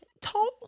tall